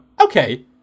Okay